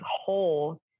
whole